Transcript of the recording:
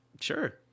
Sure